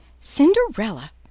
Cinderella